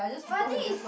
but the thing is